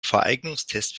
fahreignungstest